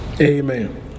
Amen